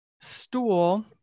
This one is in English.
stool